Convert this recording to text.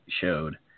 showed